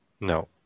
no